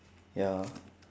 ya